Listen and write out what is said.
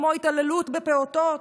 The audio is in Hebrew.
כמו התעללות בפעוטות,